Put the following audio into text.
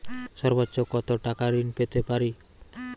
সর্বোচ্চ কত টাকা ঋণ পেতে পারি?